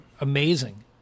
amazing